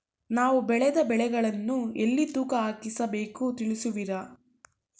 ನಾವು ಬೆಳೆದ ಬೆಳೆಗಳನ್ನು ಎಲ್ಲಿ ತೂಕ ಹಾಕಿಸ ಬೇಕು ತಿಳಿಸುವಿರಾ?